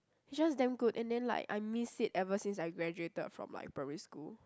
it's just damn good and then like I miss it ever since I graduated from my primary school